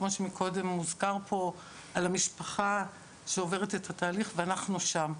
כמו שמקודם הוזכר פה על המשפחה שעוברת את התהליך ואנחנו שם.